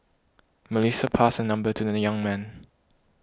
Melissa passed her number to the young man